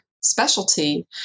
specialty